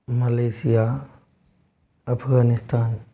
Malaysia Afghanistan